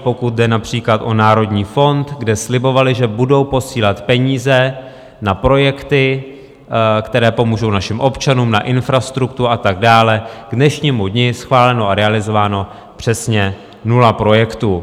Pokud jde například o Národní fond, kde slibovaly, že budou posílat peníze na projekty, které pomůžou našim občanům, na infrastrukturu a tak dále, k dnešnímu dni bylo schváleno a realizováno přesně nula projektů.